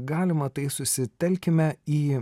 galima tai susitelkime į